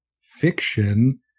fiction